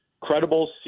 credible